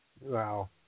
Wow